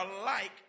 alike